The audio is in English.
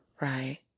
right